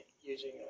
using